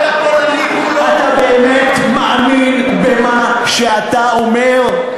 אתה באמת מאמין במה שאתה אומר?